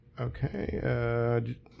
Okay